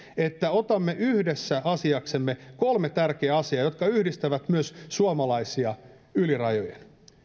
että otamme yhdessä asiaksemme kolme tärkeää asiaa jotka yhdistävät myös suomalaisia yli rajojen